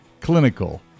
clinical